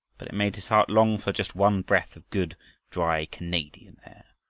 but it made his heart long for just one breath of good dry canadian air,